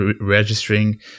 registering